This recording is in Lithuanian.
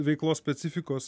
veiklos specifikos